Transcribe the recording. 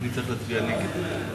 ההצעה לכלול את הנושא